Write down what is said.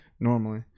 Normally